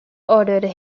ordered